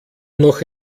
noch